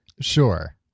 Sure